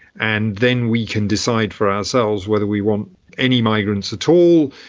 and then we can decide for ourselves whether we want any migrants at all,